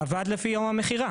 זה עבר לפי יום המכירה.